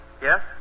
Yes